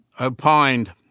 opined